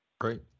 Great